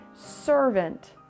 servant